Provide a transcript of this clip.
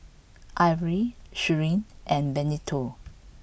Avery Sheri and Benito